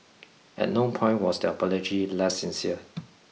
at no point was the apology less sincere